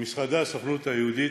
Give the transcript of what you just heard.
במשרדי הסוכנות היהודית,